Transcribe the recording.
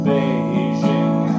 Beijing